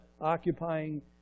occupying